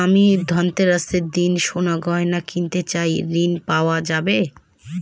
আমি ধনতেরাসের দিন সোনার গয়না কিনতে চাই ঝণ পাওয়া যাবে?